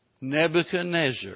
Nebuchadnezzar